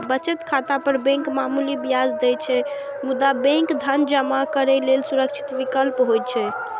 बचत खाता पर बैंक मामूली ब्याज दै छै, मुदा बैंक धन जमा करै लेल सुरक्षित विकल्प होइ छै